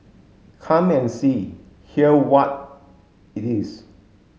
come and see hear what it is